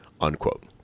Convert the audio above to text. unquote